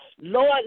Lord